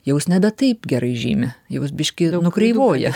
jau jis nebe taip gerai žymi jau jis biški nukreivoja